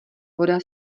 voda